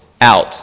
out